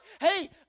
Hey